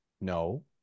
No